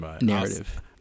narrative